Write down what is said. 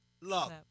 Love